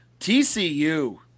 TCU